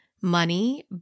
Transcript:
money